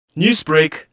Newsbreak